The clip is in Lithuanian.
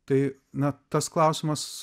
tai na tas klausimas